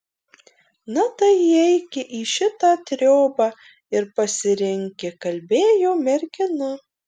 na tai įeiki į šitą triobą ir pasirinki kalbėjo mergina